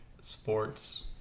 sports